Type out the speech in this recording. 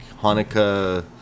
Hanukkah